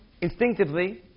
instinctively